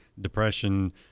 depression